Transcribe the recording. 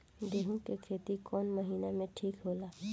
गेहूं के खेती कौन महीना में ठीक होला?